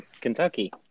Kentucky